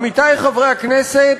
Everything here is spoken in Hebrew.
עמיתי חברי הכנסת,